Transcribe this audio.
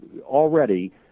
already